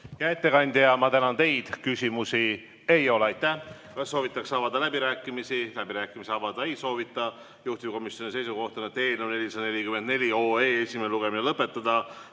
Hea ettekandja, ma tänan teid! Küsimusi ei ole. Aitäh! Kas soovitakse avada läbirääkimisi? Läbirääkimisi avada ei soovita. Juhtivkomisjoni seisukoht on, et eelnõu 444 esimene lugemine lõpetada.